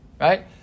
right